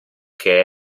che